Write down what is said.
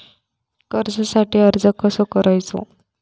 कर्जासाठी अर्ज कसो करायचो?